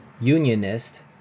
unionist